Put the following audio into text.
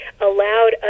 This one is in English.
allowed